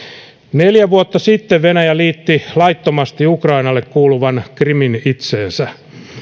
neljä vuotta sitten venäjä liitti laittomasti ukrainalle kuuluvan krimin itseensä